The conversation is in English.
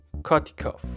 Kotikov